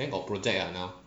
then got project ah now